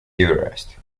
everest